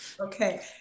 Okay